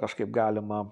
kažkaip galima